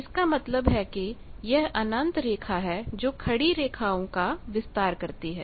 इसका मतलब है कि यह अनंत रेखा है जो खड़ी रेखाओं का विस्तार करती है